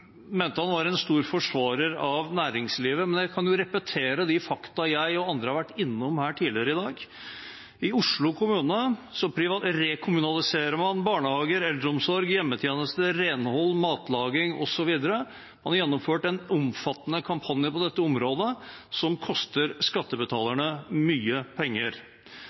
var en stor forsvarer av næringslivet, men jeg kan repetere de fakta jeg og andre har vært innom tidligere i dag. I Oslo kommune rekommunaliserer man barnehager, eldreomsorg, hjemmetjeneste, renhold, matlaging osv. Man har gjennomført en omfattende kampanje på dette området, som koster skattebetalerne mye penger.